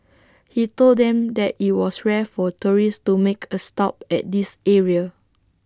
he told them that IT was rare for tourists to make A stop at this area